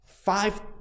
Five